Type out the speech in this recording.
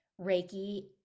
Reiki